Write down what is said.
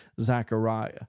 Zachariah